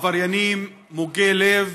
עבריינים מוגי לב